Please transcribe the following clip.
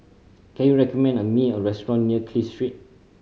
can you recommend me a restaurant near Clive Street